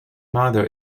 mother